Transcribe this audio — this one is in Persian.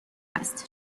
است